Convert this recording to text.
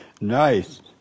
Nice